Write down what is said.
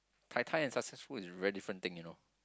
tai tai and successful is very different thing you know